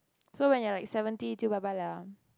so when you are like seventy jiu bye bye liao ah